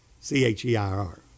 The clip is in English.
C-H-E-I-R